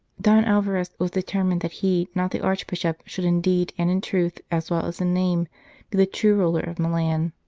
don alvarez was determined that he, not the archbishop should indeed and in truth, as well as in name, be the true ruler of milan.